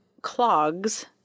clogs